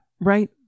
right